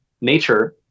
nature